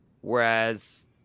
whereas